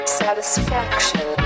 satisfaction